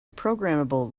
programmable